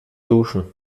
duschen